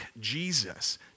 Jesus